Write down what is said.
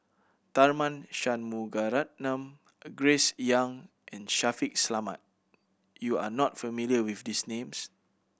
Tharman Shanmugaratnam Grace Young and Shaffiq Selamat you are not familiar with these names